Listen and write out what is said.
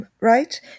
Right